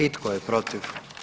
I tko je protiv?